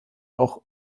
auch